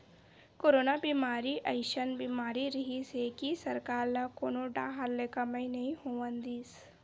corona बेमारी अइसन बीमारी रिहिस हे कि सरकार ल कोनो डाहर ले कमई नइ होवन दिस